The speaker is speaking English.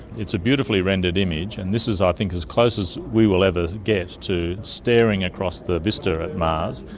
it's a beautifully rendered image, and this is i think as close as we will ever get to staring across the vista of mars.